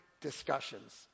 discussions